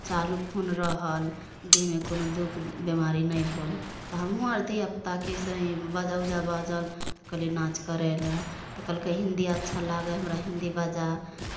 चालू खून रहल देहमे कोनो दुःख बिमारी नहि होल तऽ हमहूँ अर धियापुताकेँ से ई बाजा उजा बाजल तऽ कहलियै नाच करै लए तऽ तऽ कहलकै हिंदी अच्छा लागैये हमरा हिंदी बजा